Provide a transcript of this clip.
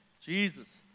Jesus